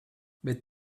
bet